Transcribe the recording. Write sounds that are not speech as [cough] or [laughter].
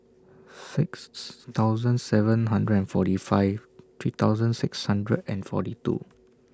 six [unintelligible] thousand seven hundred and forty five three thousand six hundred and forty two